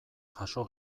jaso